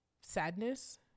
Sadness